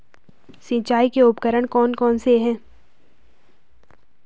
सिंचाई के उपकरण कौन कौन से हैं?